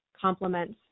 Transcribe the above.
complements